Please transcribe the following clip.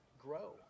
grow